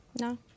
No